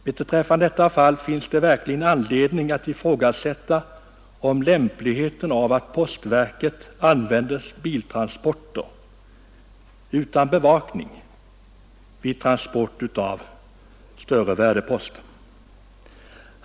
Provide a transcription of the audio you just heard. Beträffande detta fall finns det verkligen anledning att ifrågasätta lämpligheten av att postverket använder biltransporter utan bevakning vid transport av större värdepost.